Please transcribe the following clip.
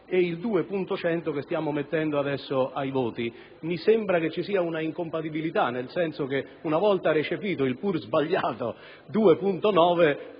2.100 che stiamo mettendo ora in votazione. Mi sembra ci sia una incompatibilità, nel senso che, una volta recepito il pur sbagliato